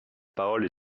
parole